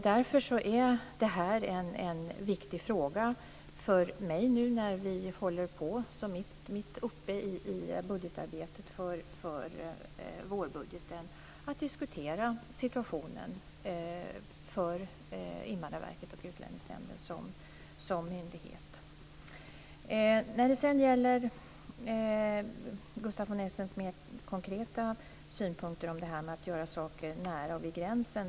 Därför är det viktigt för mig, när vi är mitt uppe i arbetet med vårbudgeten, att diskutera situationen för Invandrarverket och Utlänningsnämnden, som myndigheter. Gustaf von Essen hade mer konkreta synpunkter när det gäller detta med att göra saker vid gränsen.